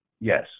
Yes